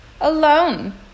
alone